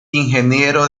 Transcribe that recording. ingeniero